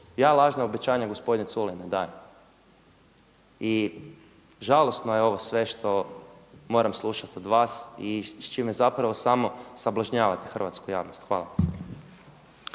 ja lažna obećanja gospodine Culej ne dajem. I žalosno je ovo sve što moram slušati od vas i s čime zapravo samo sablažnjavate hrvatsku javnost. Hvala.